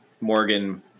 Morgan